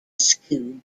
school